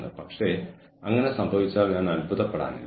കൂടാതെ ഇൻപുട്ടിൽ എച്ച്ആർ അറിവ് കഴിവുകൾ കാര്യക്ഷമത എന്നിവ ഉൾപ്പെടുന്നു